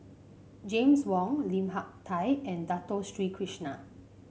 James Wong Lim Hak Tai and Dato Sri Krishna